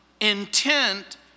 intent